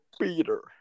Peter